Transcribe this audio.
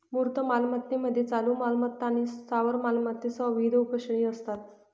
मूर्त मालमत्तेमध्ये चालू मालमत्ता आणि स्थावर मालमत्तेसह विविध उपश्रेणी असतात